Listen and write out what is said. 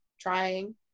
trying